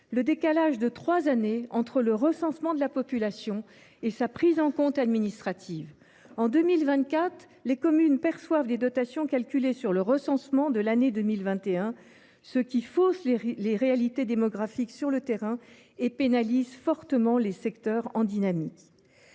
le décalage de trois années entre le recensement de la population et sa prise en compte administrative. En 2024, les communes perçoivent des dotations calculées sur la base du recensement de l’année 2021, ce qui, sur le terrain, fausse les réalités démographiques et pénalise fortement les secteurs en dynamique.